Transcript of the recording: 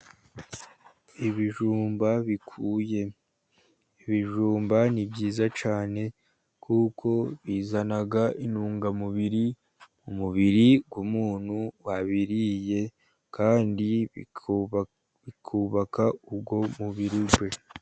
Ibijumba bikuye, ibijumba ni byiza cyane, kuko bizana intungamubiri ku mubiri w'umuntu wabiriye, kandi bikubaka uwo mubiri we.